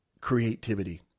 creativity